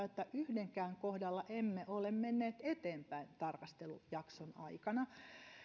että yhdenkään kohdalla emme ole menneet eteenpäin tarkastelujakson aikana